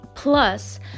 plus